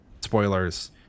spoilers